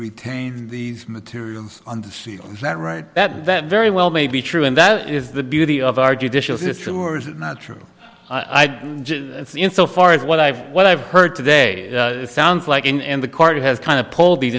retain these materials on the ceiling is that right that that very well may be true and that is the beauty of our judicial system or is it not true i'd insofar as what i've what i've heard today it sounds like and the court has kind of pulled these